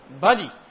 body